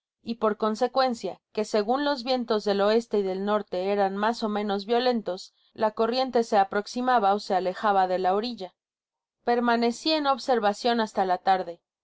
y por consecuencia que segun los vientos del oeste y del norte eran mas ó menos violentos la corriente se aproximaba ó se alejaba de la orilla permaneci en observacion hasta la tarde